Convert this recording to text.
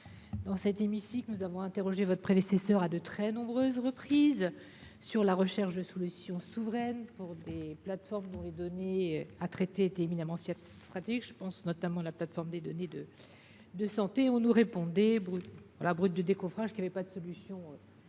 Dans cet hémicycle, nous avons interrogé votre prédécesseur à de très nombreuses reprises sur la recherche de solutions souveraines pour des plateformes dont les données à traiter étaient éminemment sensibles – je pense notamment à la plateforme des données de santé. On nous répondait, sans faire dans le détail, qu’il n’y avait pas de solution française